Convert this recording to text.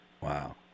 Wow